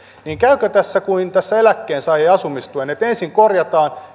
käykö tässä niin kuin tässä eläkkeensaajien asumistuessa että ensin korjataan